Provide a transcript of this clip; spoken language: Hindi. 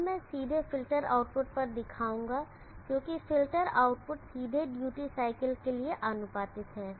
यहां मैं सीधे फ़िल्टर आउटपुट पर दिखाऊंगा क्योंकि फ़िल्टर आउटपुट सीधे ड्यूटी साइकिल के लिए आनुपातिक है